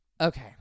Okay